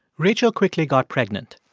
rachel quickly got pregnant.